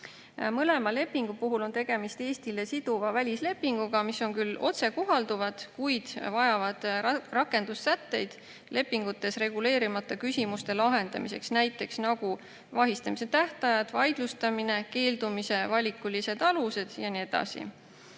Mõlema lepingu puhul on tegemist Eestile siduva välislepinguga, mis on küll otsekohalduvad, kuid vajavad rakendussätteid lepingutes reguleerimata küsimuste lahendamiseks, näiteks vahistamise tähtajad, vaidlustamine, keeldumise valikulised alused ja nii edasi.